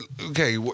okay